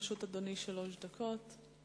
לרשות אדוני שלוש דקות.